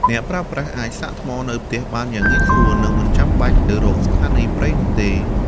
អ្នកប្រើប្រាស់អាចសាកថ្មនៅផ្ទះបានយ៉ាងងាយស្រួលនិងមិនចាំបាច់ទៅរកស្ថានីយ៍ប្រេងនោះទេ។